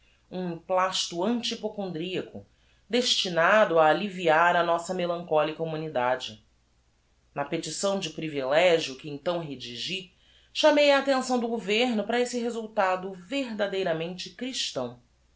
um emplasto anti hypocondriaco destinado a alliviar a nossa melancholica humanidade na petição de privilegio que então redigi chamei a attenção do governo para esse resultado verdadeiramente christão